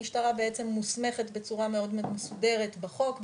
המשטרה בעצם מוסמכת בצורה מאוד מסודרת בחוק,